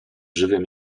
żywym